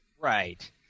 Right